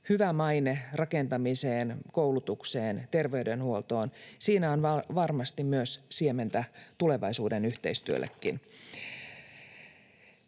hyvä maine rakentamiseen, koulutukseen, terveydenhuoltoon. Siinä on varmasti myös siementä tulevaisuuden yhteistyöllekin.